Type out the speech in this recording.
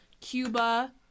Cuba